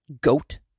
goat